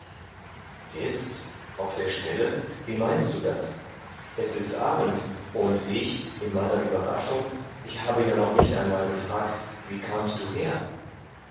jetzt auf der stelle wie meinst du das es ist abend und ich in meiner überraschung ich habe noch nicht einmal gefragt wie kamst du her